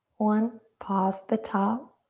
one. pause at the top.